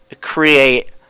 create